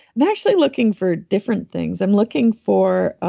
i'm actually looking for different things. i'm looking for,